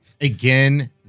again